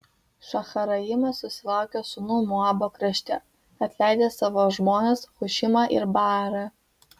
šaharaimas susilaukė sūnų moabo krašte atleidęs savo žmonas hušimą ir baarą